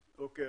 אוקיי.